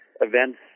events